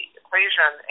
equation